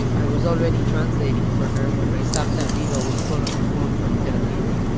i was already translating for her when my savta aviva would call on the phone from tel aviv.